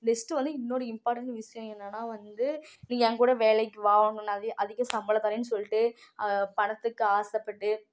next வந்து இன்னொன்று important விஷயம் என்னென்னா வந்து நீ என் கூட வேலைக்கு வா உன்னை அதிக சம்பளம் தர்றேன்னு சொல்லிட்டு பணத்துக்கு ஆசைப்பட்டு